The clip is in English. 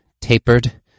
tapered